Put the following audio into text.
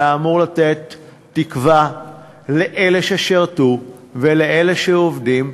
שהיה אמור לתת תקווה לאלה ששירתו ולאלה שעובדים,